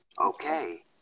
okay